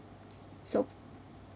s~ so